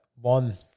one